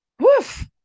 Woof